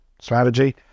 strategy